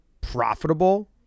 profitable